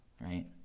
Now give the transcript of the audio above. right